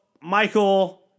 Michael